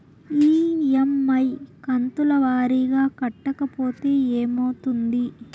EMI కంతుల వారీగా కట్టకపోతే ఏమవుతుంది?